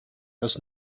das